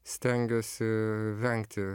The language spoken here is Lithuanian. stengiuosi vengti